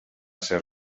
ser